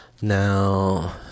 Now